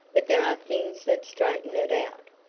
but there are things that straighten it out.